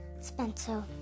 Spencer